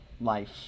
life